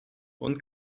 und